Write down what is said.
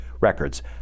records